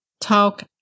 Talk